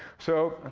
so,